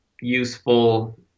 useful